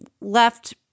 left